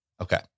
okay